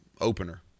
opener